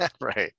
Right